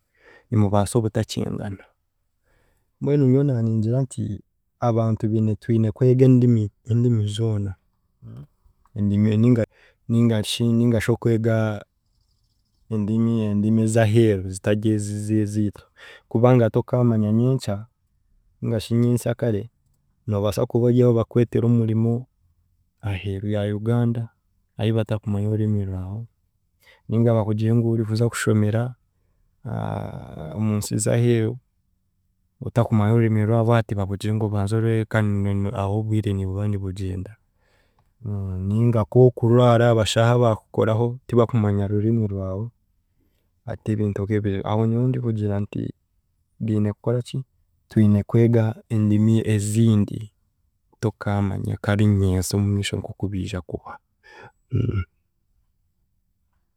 Nimubaasa obutakyengana, mbwenu nyowe naaningira nti abantu biine twine kwega endimi, endimi zoona endimi ninga ningashi ningashi okwega endimi, endimi ez’aheeru zitari ezi eziitu kubanga tookaamanya nyenkya ningashi nyensakare, noobaasa kuba ori aho bakwetere omurimo aheeru ya Uganda, ahi batakumanya orurimi rwawe ninga bakugire ngu orikuza kushomera omunsi z’aheeru otakumanya orurimi rwabo hati bakugire ngu obanze orwege kandi ni- ah'obwire nibuba nibugyenda ninga k'okurwara abashaho abaakukoraho tibakumanya rurimi rwawe hati ebintu nk'ebyo, aho niho ndikugira nti biine kukoraki twine kwega endimi ezindi tookamanya kare nyensa omumiisho nk'oku biija kuba.